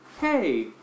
hey